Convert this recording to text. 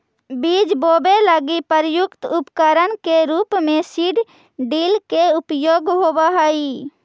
बीज बोवे लगी प्रयुक्त उपकरण के रूप में सीड ड्रिल के उपयोग होवऽ हई